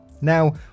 now